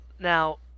Now